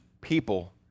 people